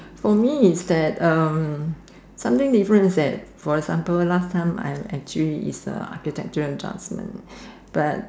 for me is that um something different is that for example last time I am actually is a architecture adjustment